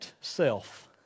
self